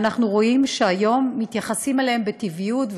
והיום אנחנו מתייחסים אליהם בטבעיות.